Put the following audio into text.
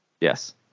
Yes